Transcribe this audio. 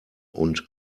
und